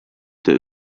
der